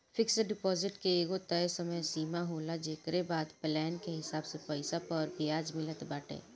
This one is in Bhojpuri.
फिक्स डिपाजिट के एगो तय समय सीमा होला जेकरी बाद प्लान के हिसाब से पईसा पअ बियाज मिलत बाटे